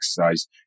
exercise